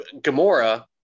Gamora